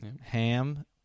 ham